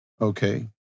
Okay